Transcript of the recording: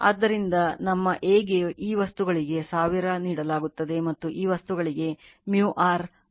ಆದ್ದರಿಂದ ನಮ್ಮ A ಗೆ ಈ ವಸ್ತುಗಳಿಗೆ 1000 ನೀಡಲಾಗುತ್ತದೆ ಮತ್ತು ಈ ವಸ್ತುಗಳಿಗೆ µr 1200 ಆಗಿದೆ